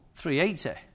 380